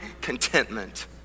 contentment